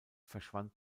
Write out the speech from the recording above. verschwand